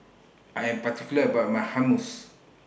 I Am particular about My Hummus